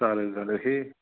चालेल झालं हे